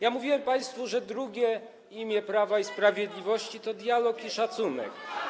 Ja mówiłem państwu, że drugie imię Prawa i Sprawiedliwości to dialog i szacunek.